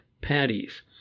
Patties